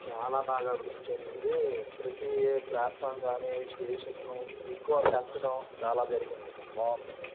చాలా బాగా అభివృద్ధి చెందింది ప్రతి ప్లాట్ఫారం కానీ స్టేషన్ ఇవి ఎక్కువ పెంచడం చాలా జరిగింది బాగుంది